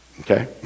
okay